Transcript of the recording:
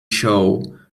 show